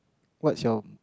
what's your